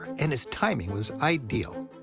and his timing was ideal.